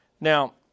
Now